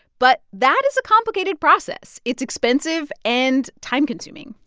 but that is a complicated process. it's expensive and time-consuming